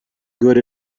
good